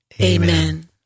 Amen